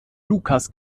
lukas